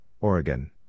Oregon